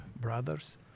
brothers